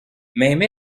même